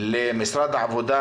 למשרד העבודה,